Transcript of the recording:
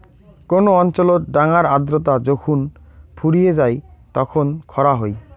কোন অঞ্চলত ডাঙার আর্দ্রতা যখুন ফুরিয়ে যাই তখন খরা হই